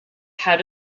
had